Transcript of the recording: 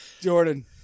Jordan